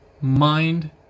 mind